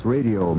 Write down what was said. Radio